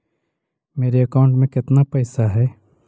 मेरे अकाउंट में केतना पैसा है?